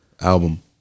album